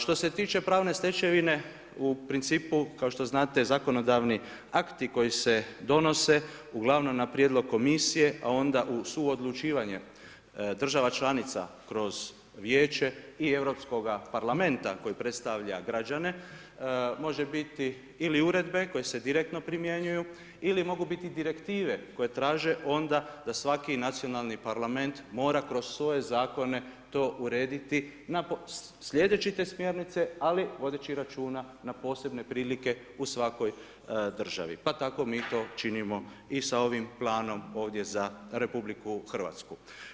Što se tiče pravne stečevine u principu kao što znate zakonodavni akti koji se donose uglavnom na prijedlog komisije, a onda uz suodlučivanje država članica kroz Vijeće i Europskoga parlamenta koji predstavlja građane, može biti ili uredbe koje se direktno primjenjuju ili mogu biti direktive koje traže onda da svaki nacionalni parlament mora kroz svoje zakone to urediti, slijedeći te smjernice, ali vodeći računa na posebne prilike u svakoj državi, pa tako mi to činimo i sa ovim planom za RH.